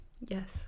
Yes